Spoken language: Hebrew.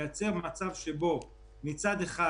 לייצר מצב שבו מצד אחד